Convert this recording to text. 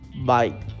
bye